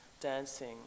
dancing